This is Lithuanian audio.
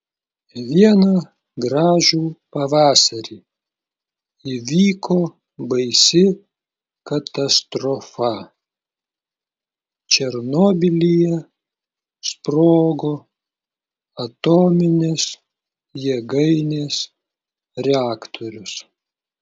vieną gražų pavasarį įvyko baisi katastrofa černobylyje sprogo atominės jėgainės reaktorius